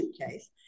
suitcase